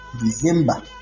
December